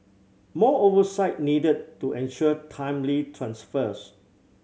more oversight needed to ensure timely transfers